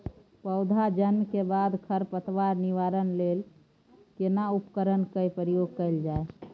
पौधा जन्म के बाद खर पतवार निवारण लेल केना उपकरण कय प्रयोग कैल जाय?